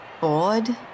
bored